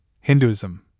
Hinduism